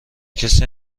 کسی